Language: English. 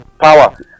power